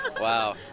Wow